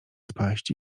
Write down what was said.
spaść